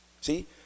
See